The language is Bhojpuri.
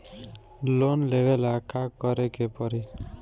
लोन लेवे ला का करे के पड़ी?